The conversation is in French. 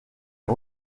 est